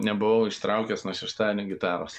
nebuvau ištraukęs nuo šeštadienio gitaros